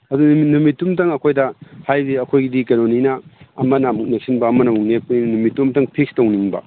ꯑꯗꯨꯗꯤ ꯅꯨꯃꯤꯠꯇꯨꯝꯇꯪ ꯑꯩꯈꯣꯏꯗ ꯍꯥꯏꯗꯤ ꯑꯩꯈꯣꯏꯗꯤ ꯀꯩꯅꯣꯅꯤꯅ ꯑꯃꯅ ꯑꯃꯨꯛ ꯅꯦꯛꯁꯤꯟꯕ ꯑꯃꯅ ꯑꯃꯨꯛ ꯅꯦꯛꯄꯅꯤꯅ ꯅꯨꯃꯤꯠꯇꯨꯝꯇꯪ ꯐꯤꯛꯁ ꯇꯧꯅꯤꯡꯕ